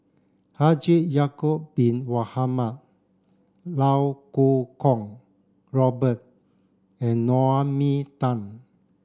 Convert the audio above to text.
Haji Ya'acob bin Mohamed Iau Kuo Kwong Robert and Naomi Tan